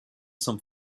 zum